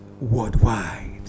worldwide